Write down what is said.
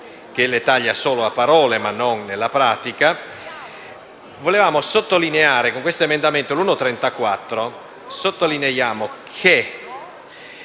Grazie